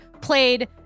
played